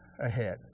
ahead